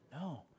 No